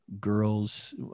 girls